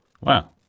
Wow